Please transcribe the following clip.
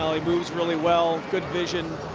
um he moves really well. good vision.